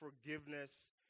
forgiveness